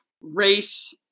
race